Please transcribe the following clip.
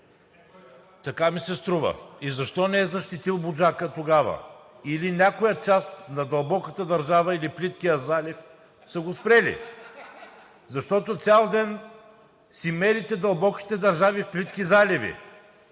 Така ми се струва! И защо не е защитил „Буджака“ тогава? Или някоя част на дълбоката държава, или плиткият залив са го спрели? (Смях.) Защото цял ден си мерите дълбоките държави в плитки заливи.